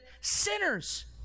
sinners